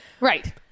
Right